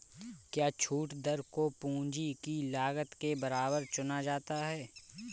क्या छूट दर को पूंजी की लागत के बराबर चुना जाता है?